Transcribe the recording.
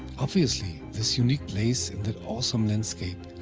obviously, this unique place in that awesome landscape,